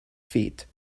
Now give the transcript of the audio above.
feet